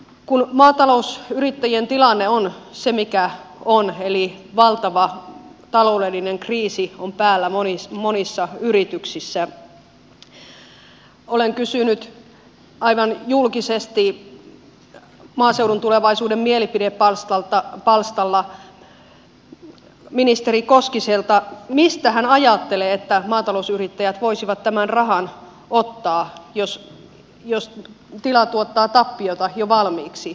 kun maatalousyrittäjien tilanne on se mikä on eli valtava taloudellinen kriisi on päällä monissa yrityksissä olen kysynyt aivan julkisesti maaseudun tulevaisuuden mielipidepalstalla ministeri koskiselta mistä hän ajattelee että maatalousyrittäjät voisivat tämän rahan ottaa jos tila tuottaa tappiota jo valmiiksi